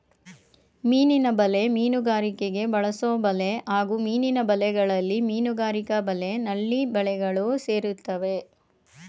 ಮೀನಿನ ಬಲೆ ಮೀನುಗಾರಿಕೆಗೆ ಬಳಸೊಬಲೆ ಹಾಗೂ ಮೀನಿನ ಬಲೆಗಳಲ್ಲಿ ಮೀನುಗಾರಿಕಾ ಬಲೆ ನಳ್ಳಿ ಬಲೆಗಳು ಸೇರ್ತವೆ